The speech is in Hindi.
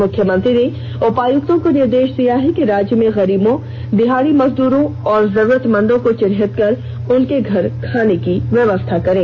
मुख्यमंत्री ने उपायुक्तों को निर्देष दिया है कि राज्य में गरीबों दिहाड़ी मजदूरों और जरूरतमंदों को चिन्हित कर उनके घर खाने की व्यवस्था करें